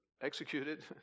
executed